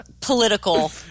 political